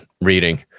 reading